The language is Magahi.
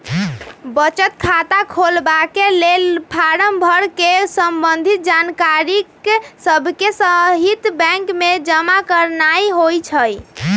बचत खता खोलबाके लेल फारम भर कऽ संबंधित जानकारिय सभके सहिते बैंक में जमा करनाइ होइ छइ